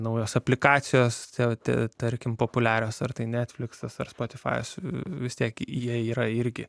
naujos aplikacijos tapti tarkim populiarios ar tai netflixas ar spotify vis tiek jie yra irgi